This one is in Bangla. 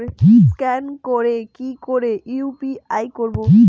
স্ক্যান করে কি করে ইউ.পি.আই করবো?